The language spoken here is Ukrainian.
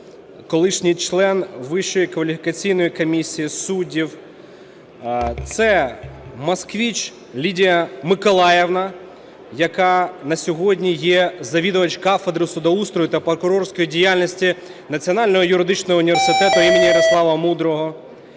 колишній член Вищої кваліфікаційної комісії суддів. Це Москвич Лідія Миколаївна, яка на сьогодні є завідувач кафедри судоустрою та прокурорської діяльності Національного юридичного університету імені Ярослава Мудрого.